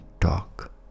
talk